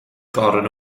goron